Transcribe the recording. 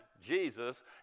Jesus